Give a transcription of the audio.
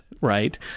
right